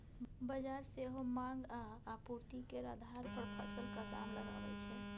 बजार सेहो माँग आ आपुर्ति केर आधार पर फसलक दाम लगाबै छै